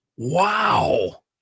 Wow